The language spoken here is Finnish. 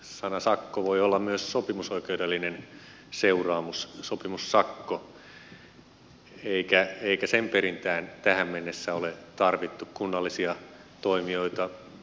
sana sakko voi olla myös sopimusoikeudellinen seuraamus sopimussakko eikä sen perintään tähän mennessä ole tarvittu kunnallisia toimijoita